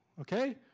okay